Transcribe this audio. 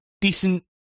decent